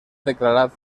declarat